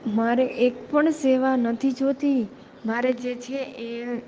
મારે એકપણ સેવા નથી જોઈતી મારે જે છે એ